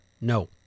No